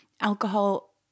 alcohol